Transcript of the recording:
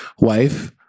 wife